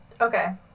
Okay